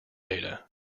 data